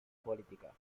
política